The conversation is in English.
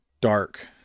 dark